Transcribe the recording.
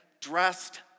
dressed